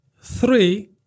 Three